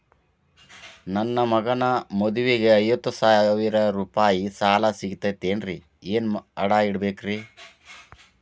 ನನ್ನ ಮಗನ ಮದುವಿಗೆ ಐವತ್ತು ಸಾವಿರ ರೂಪಾಯಿ ಸಾಲ ಸಿಗತೈತೇನ್ರೇ ಏನ್ ಅಡ ಇಡಬೇಕ್ರಿ?